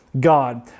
God